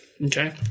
Okay